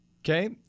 Okay